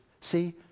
See